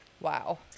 Wow